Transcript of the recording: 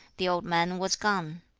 the old man was gone.